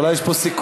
אולי יש פה סיכוי,